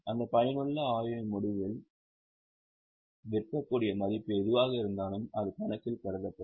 எனவே அந்த பயனுள்ள ஆயுளின் முடிவில் விற்கக்கூடிய மதிப்பு எதுவாக இருந்தாலும் அது கணக்கில் கருதப்படும்